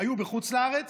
היו בחוץ לארץ,